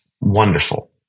wonderful